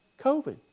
COVID